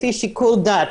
לפי שיקול דעת,